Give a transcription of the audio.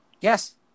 yes